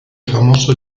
famoso